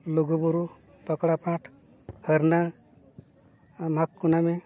ᱞᱩᱜᱩᱵᱩᱨᱩ ᱯᱟᱠᱲᱟ ᱯᱟᱴ ᱦᱟᱨᱱᱟ ᱢᱟᱜᱽ ᱠᱩᱱᱟᱹᱢᱤ ᱢᱮ